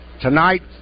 tonight